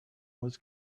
was